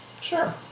Sure